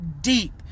deep